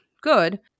good